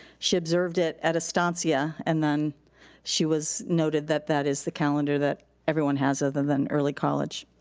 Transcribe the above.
she observed it at astasia and then she was noted that that is the calendar that everyone has other than early college.